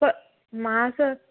അപ്പോൾ മാസം